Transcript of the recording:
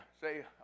say